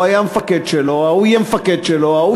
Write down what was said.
הוא היה מפקד שלו, הוא יהיה מפקד שלו, ההוא